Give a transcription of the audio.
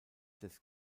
des